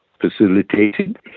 facilitated